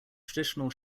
traditional